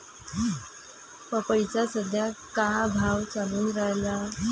पपईचा सद्या का भाव चालून रायला?